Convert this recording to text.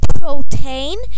protein